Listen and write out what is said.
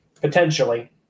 potentially